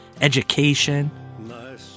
education